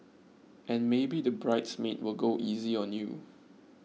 and maybe the bridesmaid will go easy on you